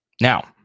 Now